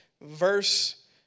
Verse